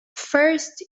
first